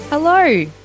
Hello